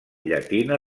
llatina